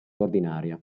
ordinaria